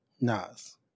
Nas